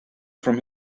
from